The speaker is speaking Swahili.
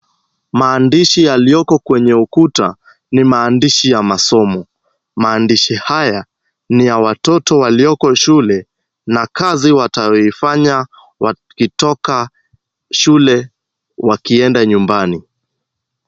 Maandishi yaliyoko kwenye ukuta ni maandishi ya masomo. Maandishi haya ni ya watoto walioko shule na kazi watayoifanya wakitoka shule wakienda nyumbani.